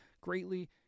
greatly